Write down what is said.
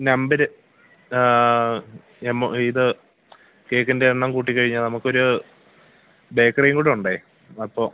number M O ഇത് കേക്കിൻ്റെയെണ്ണം കൂട്ടി കഴിഞ്ഞാൽ നമുക്കൊരു ബേക്കറിയും കൂടെയുണ്ടേ അപ്പോൾ